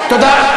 תודה.